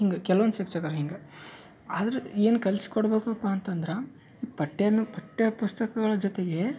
ಹಿಂಗೆ ಕೆಲ್ವೊಂದು ಶಿಕ್ಷಕರು ಹಿಂಗೆ ಆದ್ರೆ ಏನು ಕಲ್ಸಿ ಕೊಡಬೇಕಪ್ಪ ಅಂತಂದ್ರೆ ಈ ಪಠ್ಯನು ಪಠ್ಯ ಪುಸ್ತಕಗಳ ಜೊತೆಗೆ